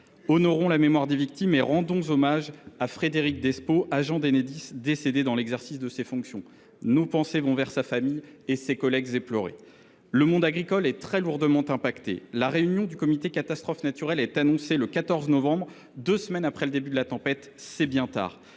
Honorons la mémoire des victimes et rendons hommage à Frédéric Despaux, agent d’Enedis décédé dans l’exercice de ses fonctions. Nos pensées vont à sa famille et à ses collègues éplorés. Le monde agricole est très lourdement touché. Une réunion du comité catastrophe naturelle a été annoncée pour le 14 novembre, soit deux semaines après le début de la tempête : c’est bien tard